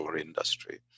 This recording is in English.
industry